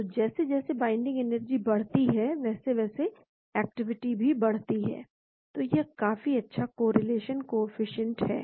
तो जैसे जैसे बाइंडिंग एनर्जी बढ़ती है वैसे वैसे एक्टिविटी भी बढ़ती है तो यह काफी अच्छा कोरिलेशन कोअफिशन्ट है